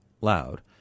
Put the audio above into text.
loud